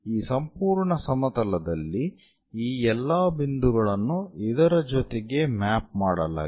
ಈ ಸಂಪೂರ್ಣ ಸಮತಲದಲ್ಲಿ ಈ ಎಲ್ಲಾ ಬಿಂದುಗಳನ್ನು ಇದರ ಜೊತೆಗೆ ಮ್ಯಾಪ್ ಮಾಡಲಾಗಿದೆ